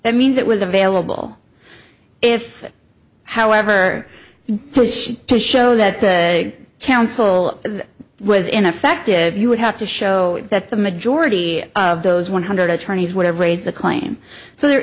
that means it was available if however you wish to show that the counsel was ineffective you would have to show that the majority of those one hundred attorneys would have raised the claim so there